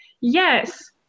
yes